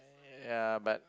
ya but